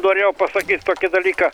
norėjau pasakyt tokį dalyką